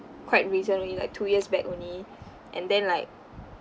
quite recently like two years back only and then like